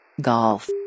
Golf